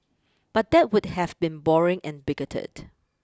but that would have been boring and bigoted